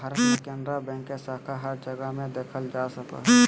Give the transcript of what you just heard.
भारत मे केनरा बैंक के शाखा हर जगह मे देखल जा सको हय